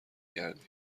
کردیم